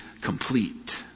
complete